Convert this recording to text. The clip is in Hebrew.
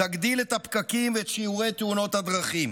יגדיל את הפקקים ואת שיעורי תאונות הדרכים,